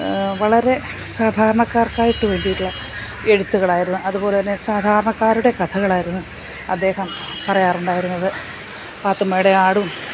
വളരെ സാധാരണക്കാർക്കായിട്ട് വേണ്ടിയുള്ള എഴുത്തുകളായിരുന്നു അതുപോലെ സാധാരണക്കാരുടെ കഥകളായിരുന്നു അദ്ദേഹം പറയാറുണ്ടായിരുന്നത് പാത്തുമ്മയുടെ ആടും